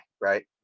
right